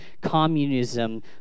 communism